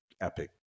epic